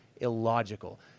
illogical